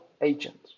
agent